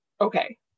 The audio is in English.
Okay